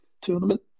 tournament